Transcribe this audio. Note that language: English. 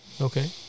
Okay